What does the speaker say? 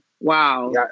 Wow